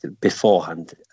beforehand